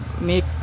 make